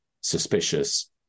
suspicious